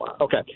Okay